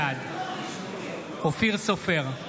בעד אופיר סופר,